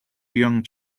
young